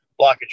blockage